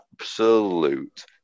absolute